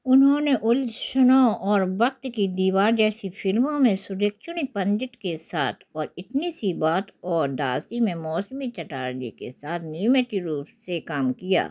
उन्होंने उलझनों और वक़्त की दीवार जैसी फ़िल्मों में सुलक्षणा पंडित के साथ और इतनी सी बात और दासी में मौसमी चटर्जी के साथ नियमित रूप से काम किया